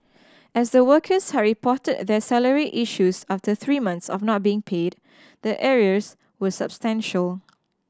as the workers had reported their salary issues after three months of not being paid the arrears were substantial